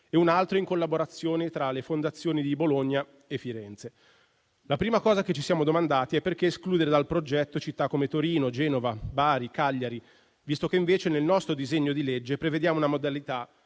e un altro in collaborazione tra le fondazioni di Bologna e Firenze. La prima cosa che ci siamo domandati è perché escludere dal progetto città come Torino, Genova, Bari, Cagliari, visto che invece nel nostro disegno di legge prevediamo una modalità